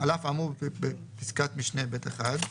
על אף האמור בפסקת משנה (ב)(1),